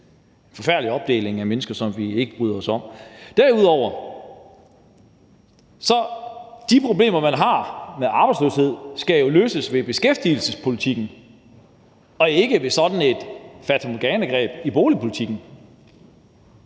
en forfærdelig opdeling af mennesker, som vi ikke bryder os om. Derudover skal de problemer, man har, med arbejdsløshed jo løses ved beskæftigelsespolitikken og ikke ved sådan et fatamorganagreb i boligpolitikken.